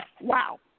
Wow